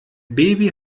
baby